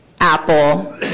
Apple